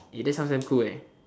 that sounds damn cool